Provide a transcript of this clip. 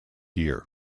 year